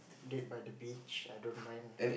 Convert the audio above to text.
date by the beach I don't mind